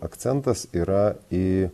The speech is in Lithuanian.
akcentas yra į